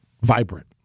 vibrant